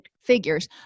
figures